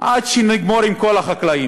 עד שנגמור עם כל החקלאים.